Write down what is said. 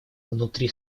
внутри